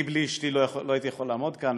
אני בלי אשתי לא הייתי יכול לעמוד כאן.